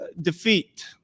defeat